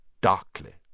darkly